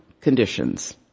conditions